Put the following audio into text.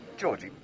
georgie,